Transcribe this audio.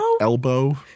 Elbow